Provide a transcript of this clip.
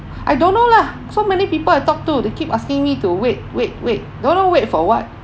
I don't know lah so many people I talk to they keep asking me to wait wait wait don't know wait for what